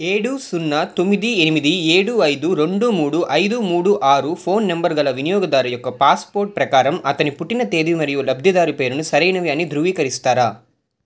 ఏడు సున్నా తొమ్మిది ఎనిమిది ఏడు ఐదు రెండు మూడు ఐదు మూడు ఆరు ఫోన్ నంబరు గల వినియోగదారు యొక్క పాస్పోర్ట్ ప్రకారం అతని పుట్టిన తేది మరియు లబ్ధిదారు పేరుని సరైనవి అని ధృవీకరిస్తారా